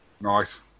Nice